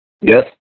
Yes